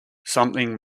something